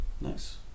Nice